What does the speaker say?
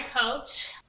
coat